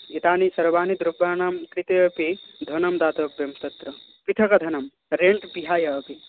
एतानि सर्वाणि द्रव्याणां कृते अपि धनं दातव्यं तत्र पृथग् धनं रेण्ट् विहाय अपि